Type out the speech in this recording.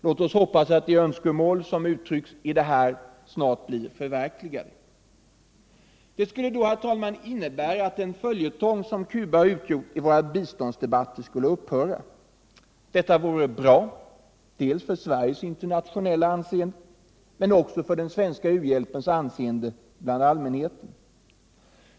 Låt oss hoppas att de önskemål som uttryckts i detta snart blir förverkligade. Det skulle då, herr talman, innebära att den följetong som Cuba utgjort i våra biståndsdebatter skulle upphöra. Detta vore bra, dels för Sveriges internationella anseende, men också för den svenska u-hjälpens anseende bland allmänheten.